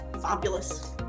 fabulous